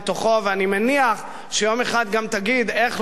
ואני מניח שיום אחד גם תגיד: איך לא הבנתי.